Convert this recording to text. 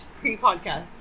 Pre-podcast